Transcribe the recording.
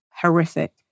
horrific